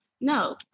no